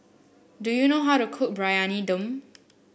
do you know how to cook Briyani Dum